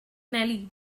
nelly